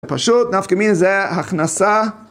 פשוט, נפקא מינא, זה הכנסה...